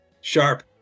sharp